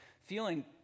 feeling